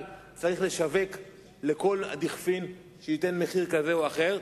צריך לשווק לכל דכפין שייתן מחיר כזה או אחר,